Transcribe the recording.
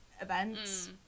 events